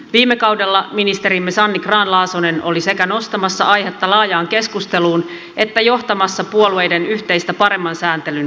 viime kaudella ministerimme sanni grahn laasonen oli sekä nostamassa aihetta laajaan keskusteluun että johtamassa puolueiden yhteistä paremman sääntelyn ryhmää